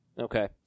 Okay